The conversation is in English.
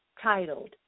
titled